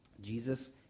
Jesus